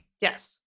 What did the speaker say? Yes